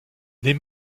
les